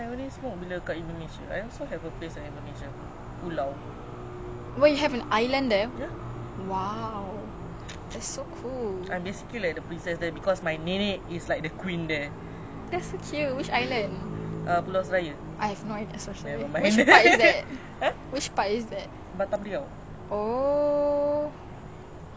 which part is that oh like you are in the islands oh so my family is like my mother side from jakarta so ya is the capital um ya it's alright yeah it's alright